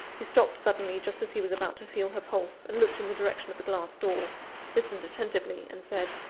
he stopped suddenly, just as he was about to feel her pulse, and looked in the direction of the glass door listened attentively and said,